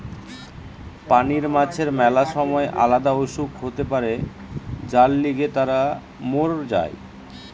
পানির মাছের ম্যালা সময় আলদা অসুখ হতে পারে যার লিগে তারা মোর যায়